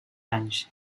anys